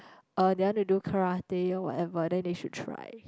uh they want to do Karate or whatever then they should try